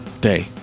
day